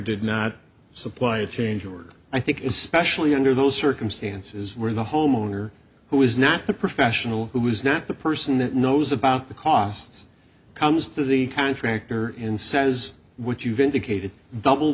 did not supply a change or i think it's especially under those circumstances where the homeowner who is not the professional who is not the person that knows about the costs comes to the contractor and says what you've indicated double